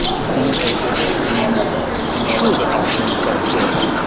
being able to ensure that our changes don't break